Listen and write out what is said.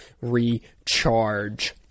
recharge